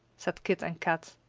said kit and kat.